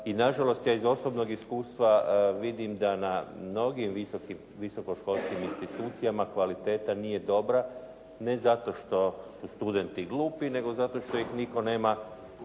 i na žalost iz osobnog iskustva vidim da na mnogim visokoškolskim institucijama kvaliteta nije dobra ne zato što su studenti glupi nego zato što ih nitko nema